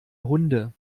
hunde